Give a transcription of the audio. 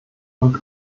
und